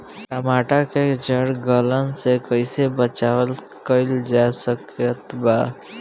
टमाटर के जड़ गलन से कैसे बचाव कइल जा सकत बा?